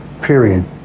Period